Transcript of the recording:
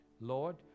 Lord